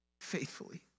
faithfully